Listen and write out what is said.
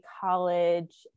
college